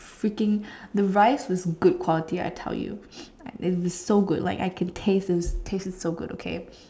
freaking the rice was good quality I tell you and it was so good like I can taste those it tasted so good okay